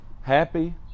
happy